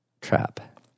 Trap